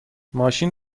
ماشین